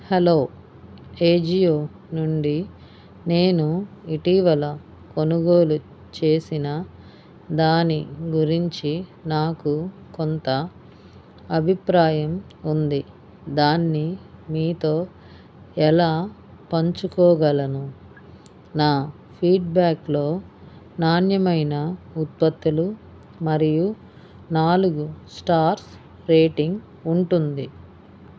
hello Ajio నుండి నేను ఇటీవల కొనుగోలు చేసిన దాని గురించి నాకు కొంత అభిప్రాయం ఉంది దాన్ని మీతో ఎలా పంచుకోగలను నా ఫీడ్బ్యాక్లో నాణ్యమైన ఉత్పత్తులు మరియు నాలుగు స్టార్స్ రేటింగ్ ఉంటుంది